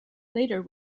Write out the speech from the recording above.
later